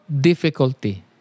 difficulty